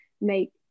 make